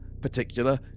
particular